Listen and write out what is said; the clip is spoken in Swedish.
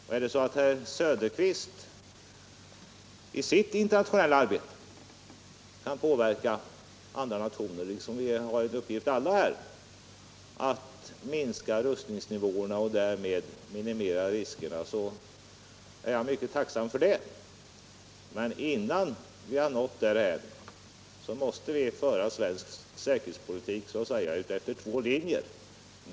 Om herr Söderqvist i sitt internationella arbete kan påverka andra nationer — här har vi alla en uppgift — att minska rustningsnivåerna och därmed minimera riskerna, är jag mycket tacksam för det, men innan vi nått därhän måste vi föra svensk säkerhetspolitik efter två linjer.